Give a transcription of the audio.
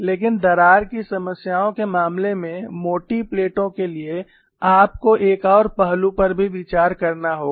लेकिन दरार की समस्याओं के मामले में मोटी प्लेटों के लिए आपको एक और पहलू पर भी विचार करना होगा